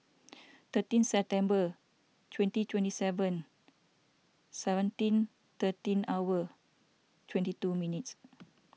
thirteen September twenty twenty seven seventeen thirteen hour twenty two minutes